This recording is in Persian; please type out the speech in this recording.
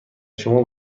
شما